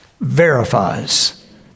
verifies